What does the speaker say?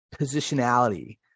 positionality